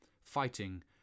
Fighting